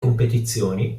competizioni